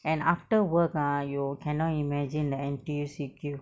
and after work ah you cannot imagine the N_T_U_C queue